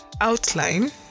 outline